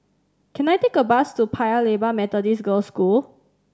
can I take a bus to Paya Lebar Methodist Girls' School